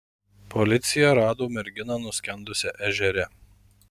policija rado merginą nuskendusią ežere